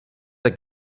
der